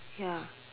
ya